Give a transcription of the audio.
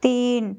তিন